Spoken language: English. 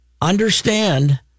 understand